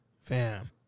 Fam